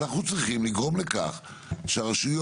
אנחנו צריכים לגרום לכך שהרשויות,